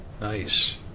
Nice